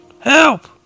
Help